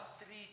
three